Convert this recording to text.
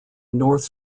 north